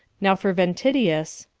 now for ventidius,